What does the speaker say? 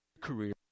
career